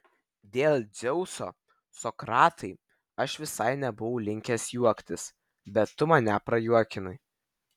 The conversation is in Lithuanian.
dėl dzeuso sokratai aš visai nebuvau linkęs juoktis bet tu mane prajuokinai